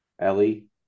Ellie